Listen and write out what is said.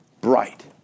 bright